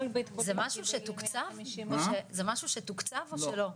זה משהו שתוקצב או שלא?